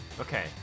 Okay